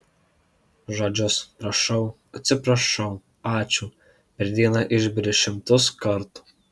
žodžius prašau atsiprašau ačiū per dieną išberi šimtus kartų